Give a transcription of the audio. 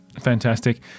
Fantastic